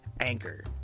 Anchor